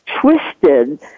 twisted